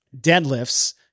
deadlifts